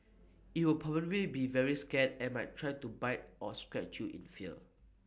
IT will probably be very scared and might try to bite or scratch you in fear